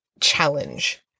challenge